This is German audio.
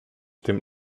dem